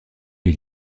les